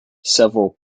several